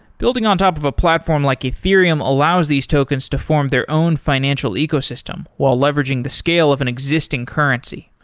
building on top of a platform like ethereum allows these tokens to form their own financial ecosystem while leveraging the scale of an existing currency.